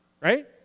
right